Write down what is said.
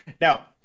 Now